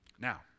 Now